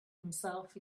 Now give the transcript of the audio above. himself